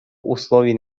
условий